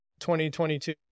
2022